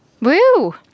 Woo